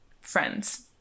friends